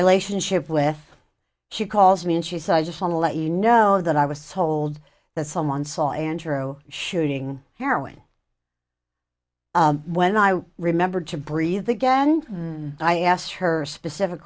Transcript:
relationship with she calls me and she said i just want to let you know that i was told that someone saw andrew shooting heroin when i remembered to breathe again i asked her specific